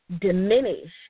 diminish